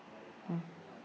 mm